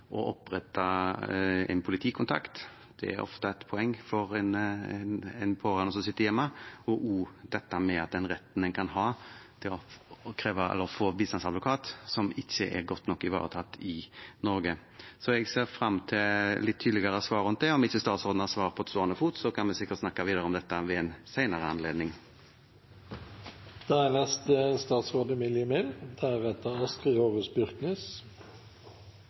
å opprette en politikontakt – det er ofte et poeng for en pårørende som sitter hjemme – og også om retten man kan ha til å få bistandsadvokat, noe som ikke er godt nok ivaretatt i Norge. Jeg ser fram til et litt tydeligere svar rundt det, og om ikke statsråden kan svare på stående fot, kan vi sikkert snakke videre om dette ved en senere anledning.